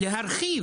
להרחיב.